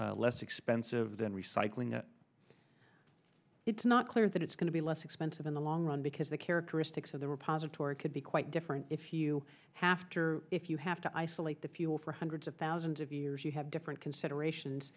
it less expensive than recycling it's not clear that it's going to be less expensive in the long run because the characteristics of the repository could be quite different if you have to if you have to isolate the fuel for hundreds of thousands of years you have different considerations